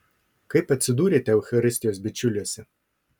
kaip atsidūrėte eucharistijos bičiuliuose